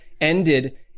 ended